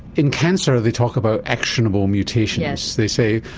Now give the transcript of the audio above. in cancer they talk about actionable mutations, they say,